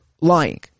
lying